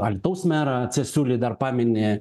alytaus merą cesiulį dar pamini